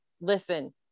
Listen